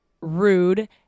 rude